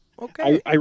okay